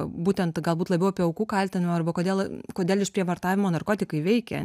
būtent galbūt labiau apie aukų kaltinimą arba kodėl kodėl išprievartavimo narkotikai veikia